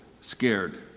scared